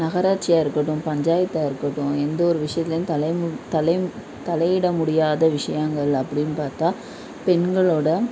நகராட்சியாக இருக்கட்டும் பஞ்சாயத்தாக இருக்கட்டும் எந்த ஒரு விஷயத்திலையும் தலைமுன் தலைமு தலையிட முடியாத விஷயங்கள் அப்படின்னு பார்த்தா பெண்களோடய